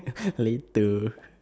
later